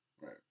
Right